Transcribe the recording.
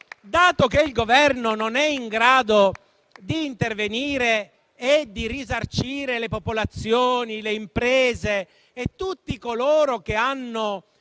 dato che il Governo non è in grado di intervenire e risarcire le popolazioni, le imprese e tutti coloro che hanno